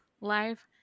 live